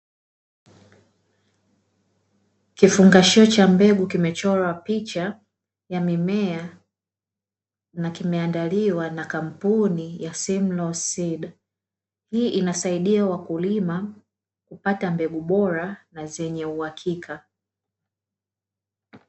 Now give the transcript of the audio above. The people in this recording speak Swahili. kifungashio cha mbegu kimechorwa picha ya mimea na kimeandaliwa na kampuni ya “simlaw seed”, hii inasaidia wakulima kupata mbegu bora na zenye uhakika.